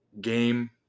game